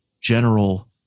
general